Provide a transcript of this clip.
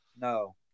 No